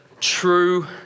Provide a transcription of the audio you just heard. true